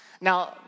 Now